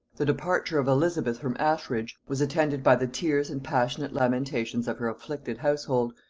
the departure of elizabeth from ashridge was attended by the tears and passionate lamentations of her afflicted household,